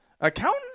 Accountant